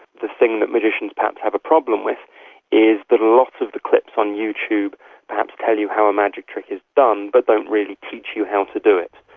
the thing that magicians perhaps have a problem with is that but a lot of the clips on youtube perhaps tell you how a magic trick is done but don't really teach you how to do it,